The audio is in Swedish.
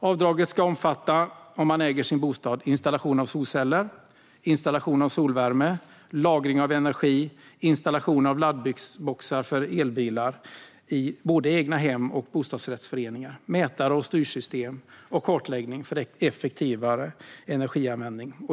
Om man äger sin bostad ska avdraget omfatta installation av solceller, installation av solvärme, lagring av energi, installation av laddboxar för elbilar både i egnahem och bostadsrättsföreningar, mätare, styrsystem och kartläggning för effektivare energianvändning.